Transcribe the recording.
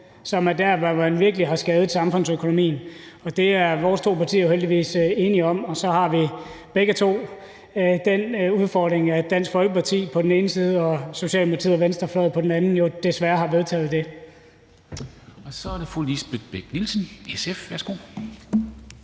som er der, hvor man virkelig har skadet samfundsøkonomien. Det er vores to partier jo heldigvis enige om, og så har vi begge to den udfordring, at Dansk Folkeparti på den ene side og Socialdemokratiet og venstrefløjen på den anden desværre har vedtaget det. Kl. 13:08 Formanden (Henrik